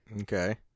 Okay